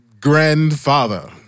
Grandfather